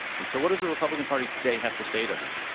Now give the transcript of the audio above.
and so what does the republican party today have to say to her?